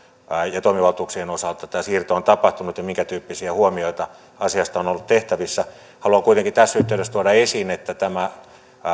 ja toimivaltuuksien osalta on tapahtunut ja minkä tyyppisiä huomioita asiasta on ollut tehtävissä haluan kuitenkin tässä yhteydessä tuoda esiin että tämä